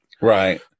Right